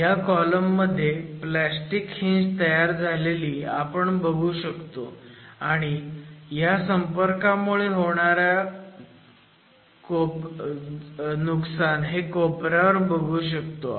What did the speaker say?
ह्या कॉलम मध्ये plastic hinge तयार झालेली आपण बघू शकतो आणि ह्या संपर्कामुळे कोपऱ्यावर झालेलं नुकसान बघू शकतो